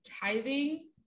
tithing